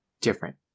different